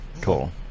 Cool